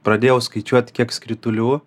pradėjau skaičiuoti kiek skritulių